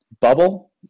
bubble